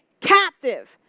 captive